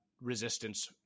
resistance